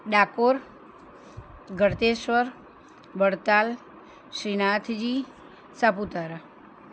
Dakor Galteshwar Vadtal Shrinathji Saputara